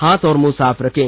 हाथ और मुंह साफ रखें